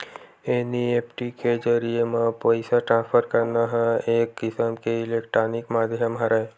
NEFT के जरिए म पइसा ट्रांसफर करना ह एक किसम के इलेक्टानिक माधियम हरय